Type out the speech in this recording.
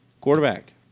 Quarterback